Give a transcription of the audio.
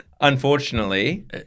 Unfortunately